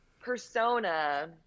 Persona